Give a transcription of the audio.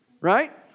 Right